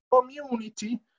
Community